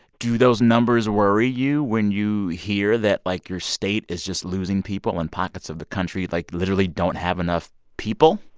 do those numbers worry you when you hear that, like, your state is just losing people and pockets of the country, like, literally don't have enough people?